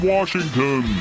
Washington